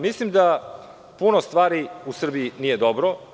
Mislim da puno stvari u Srbiji nije dobro.